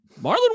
Marlon